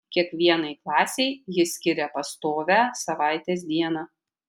kiekvienai klasei ji skiria pastovią savaitės dieną